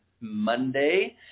Monday